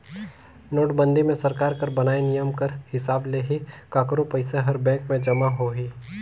नोटबंदी मे सरकार कर बनाय नियम कर हिसाब ले ही काकरो पइसा हर बेंक में जमा होही